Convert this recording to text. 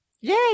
Yay